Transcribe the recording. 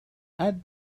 add